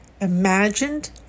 imagined